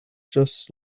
just